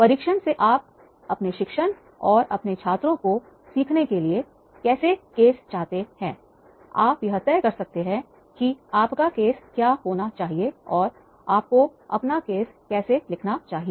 परीक्षण से आप अपने शिक्षण और अपने छात्रों को सीखने के लिए केस कैसे चाहते हैं आप यह तय कर सकते हैं कि आपका केस क्या होना चाहिए और आपको अपना केस कैसे लिखना चाहिए